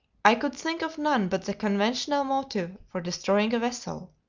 i could think of none but the conventional motive for destroying a vessel.